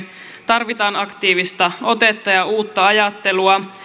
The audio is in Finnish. tarvitaan aktiivista otetta ja uutta ajattelua